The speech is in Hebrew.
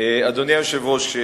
אדוני היושב-ראש,